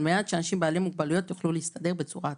על מנת שאנשים בעלי מוגבלויות יוכלו להסתדר בצורה עצמאית.